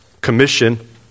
commission